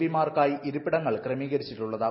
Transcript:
പിമാർക്കായി ഇരിപ്പിടങ്ങൾ ക്രമീകരിച്ചിട്ടുള്ളത്